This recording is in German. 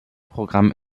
programm